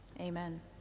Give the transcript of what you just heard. Amen